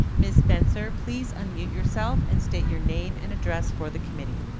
ms. spencer, please unmute yourself and state your name and address for the committee.